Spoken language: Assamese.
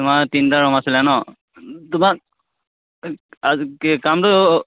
তোমাৰ তিনিটা ৰুম আছিলে ন তোমাক কামটো